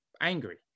angry